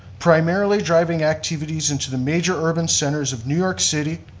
primarily driving activities into the major urban centers of new york city,